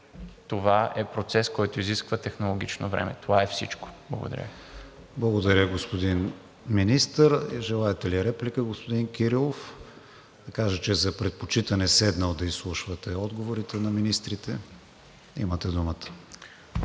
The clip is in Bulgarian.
това е процес, който изисква технологично време. Това е всичко. Благодаря. ПРЕДСЕДАТЕЛ КРИСТИАН ВИГЕНИН: Благодаря, господин Министър. Желаете ли реплика, господин Кирилов? Да кажа, че е за предпочитане седнал да изслушвате отговорите на министрите. Имате думата.